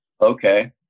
Okay